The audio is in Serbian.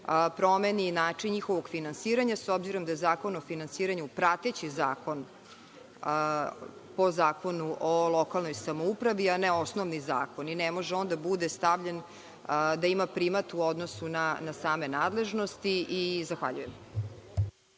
promeni i način njihovog finansiranja, s obzirom da je Zakon o finansiranju prateći zakon, po Zakonu o lokalnoj samoupravi, a ne osnovni zakon i ne može on da ima primat u odnosu na same nadležnosti. Zahvaljujem.